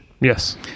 Yes